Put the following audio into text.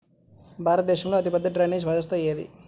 భారతదేశంలో అతిపెద్ద డ్రైనేజీ వ్యవస్థ ఏది?